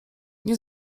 nie